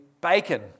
bacon